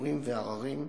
ערעורים ועררים,